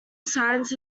science